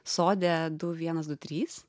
sode du vienas du trys